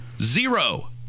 zero